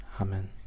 amen